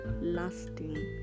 lasting